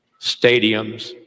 stadiums